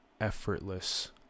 effortless